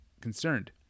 concerned